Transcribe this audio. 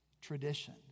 tradition